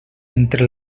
entre